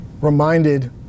reminded